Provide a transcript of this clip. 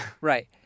Right